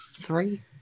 three